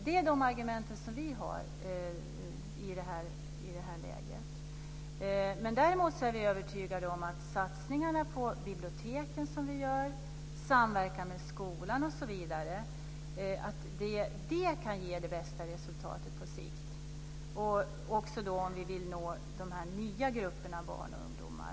Detta är de argument som vi har i detta läge. Däremot är vi övertygade om att de satsningar som vi gör på biblioteken, samverkan med skolan osv. kan ge det bästa resultatet på sikt också om vi vill nå de nya grupperna av barn och ungdomar.